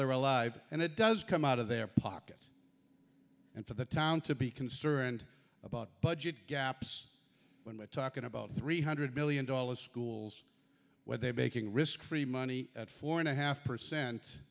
they're alive and it does come out of their pocket and for the town to be concerned about budget gaps when we're talking about three hundred million dollars schools where they making risk free money at four and a half percent